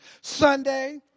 Sunday